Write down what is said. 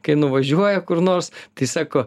kai nuvažiuoja kur nors tai sako